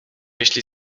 jeśli